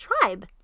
tribe